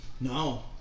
no